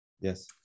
Yes